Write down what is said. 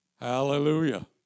Hallelujah